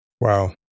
Wow